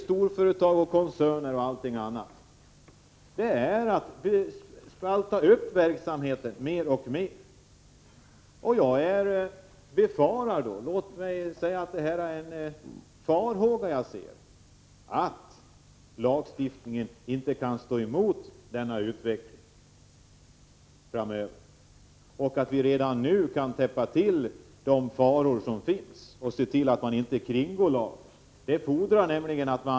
Storföretag och koncerner flyttar fram sina positioner genom att spalta upp verksamheten mer och mer. Jag befarar att lagstiftningen inte kan stå emot denna utveckling framöver, och därför måste vi redan nu täppa till de kryphål som finns och se till att lagen inte kringgås.